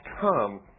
come